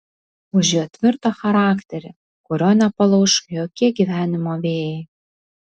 už jo tvirtą charakterį kurio nepalauš jokie gyvenimo vėjai